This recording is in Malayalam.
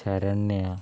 ശരണ്യ